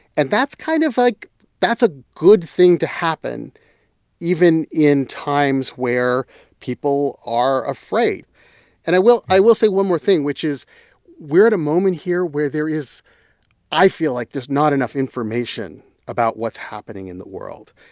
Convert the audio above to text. and that's kind of like that's a good thing to happen even in times where people are afraid and i will i will say one more thing, which is we're at a moment here where there is i feel like there's not enough information about what's happening in the world.